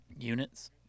Units